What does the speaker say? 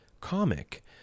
comic